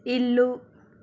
ఇల్లు